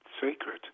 sacred